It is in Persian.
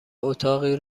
اتاقی